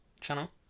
channel